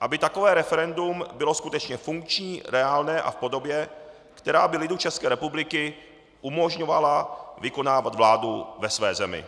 aby takové referendum bylo skutečně funkční, reálné a v podobě, která by lidu České republiky umožňovala vykonávat vládu ve své zemi.